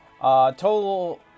Total